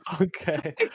Okay